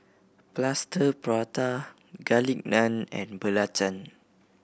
Plaster Prata Garlic Naan and belacan